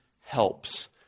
helps